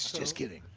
just kidding.